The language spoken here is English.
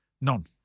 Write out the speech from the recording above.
None